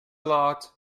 lot